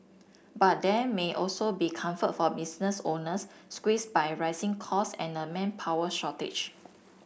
but there may also be comfort for business owners squeezed by rising costs and a manpower shortage